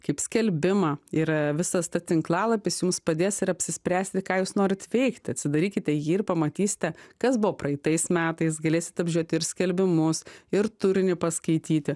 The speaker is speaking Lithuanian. kaip skelbimą ir a visas ta tinklalapis jums padės ir apsispręsti ką jūs norit veikti atsidarykite jį ir pamatysite kas buvo praeitais metais galėsit apžiūrėti ir skelbimus ir turinį paskaityti